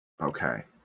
Okay